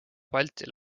balti